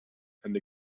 and